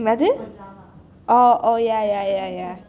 oh oh ya ya ya ya